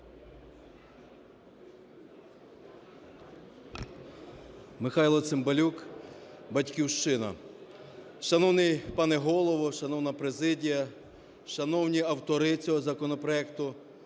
Михайло Цимбалюк, "Батьківщина". Шановний пане Голово, шановна президія, шановні автори цього законопроекту!